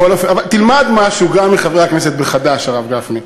אבל תלמד משהו גם מחברי הכנסת בחד"ש, הרב גפני.